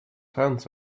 hands